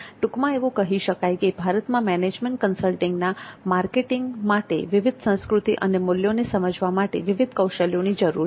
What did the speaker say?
ટૂંકમાં એવું કહી શકાય કે ભારતમાં મેનેજમેન્ટ કન્સલ્ટિંગના માર્કેટિંગ માટે વિવિધ સંસ્કૃતિ અને મૂલ્યોને સમજવા માટે વિવિધ કૌશલ્યોની જરૂર છે